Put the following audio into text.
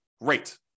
great